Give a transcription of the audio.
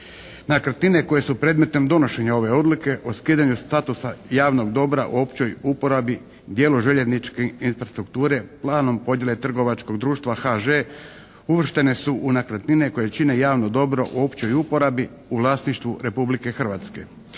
Nekretnine koje su predmetom donošenja ove Odluke o skidanju statusa javnog dobra u općoj uporabi dijelu željezničke infrastrukture planom podjele trgovačkog društva HŽ uvrštene su u nekretnine koje čine javno dobro u općoj uporabi u vlasništvu Republike Hrvatske.